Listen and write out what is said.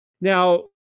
Now